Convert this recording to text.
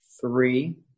three